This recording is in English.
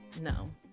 no